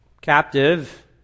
captive